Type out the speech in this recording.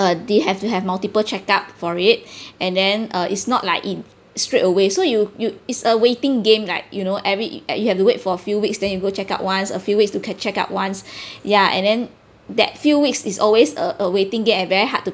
uh they have to have multiple checked up for it and then uh it's not like in straightaway so you you it's a waiting game like you know every and you have to wait for few weeks then you go checkup once a few weeks to can checkup once ya and then that few weeks is always a a waiting game and very hard to